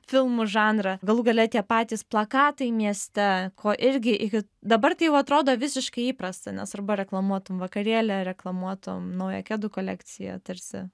filmų žanrą galų gale tie patys plakatai mieste ko irgi iki dabar tai jau atrodo visiškai įprasta nes arba reklamuotum vakarėlį ar reklamuotum naują kedų kolekciją tarsi